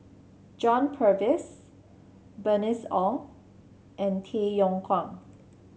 John Purvis Bernice Ong and Tay Yong Kwang